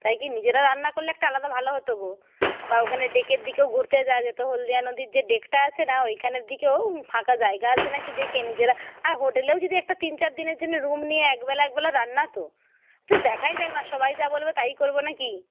তাই কি নিজেরা রান্না করলে একটা আলাদা ভালো হতো গো বা ওখানে ডেকের দিকেও ঘুরতে যাওয়া যেতো হলদিয়া নদীর যে ডেকটা আছে না ওইখানের দিকেও ফাঁকা জায়গা আছে না কি দেখে নিজেরা আর হোটেলেও যদি একটা তিন চার দিনের জন্য রুম নিয়ে এক বেলা এক বেলা রান্না তো দেখাই যাক না সবাই যা বলবে তাই করবো না কি